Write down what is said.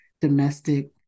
Domestic